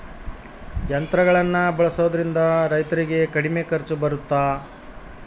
ಯಂತ್ರಗಳನ್ನ ಬಳಸೊದ್ರಿಂದ ರೈತರಿಗೆ ಕಡಿಮೆ ಖರ್ಚು ಬರುತ್ತಾ?